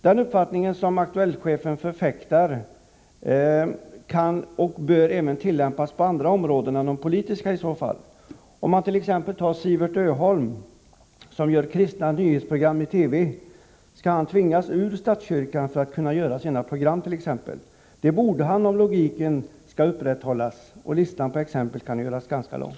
Den uppfattning som Aktuellt-chefen förfäktar kan och bör tillämpas även på andra områden än de politiska i så fall. Skall t.ex. Sivert Öholm, som gör kristna nyhetsprogram i TV, tvingas ur — Nr 63 statskyrkan för att kunna fortsätta sina program? Det borde han om logiken Torsdagen den skall upprätthållas. Listan på exempel kan göras ganska lång.